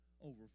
over